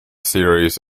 series